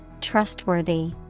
trustworthy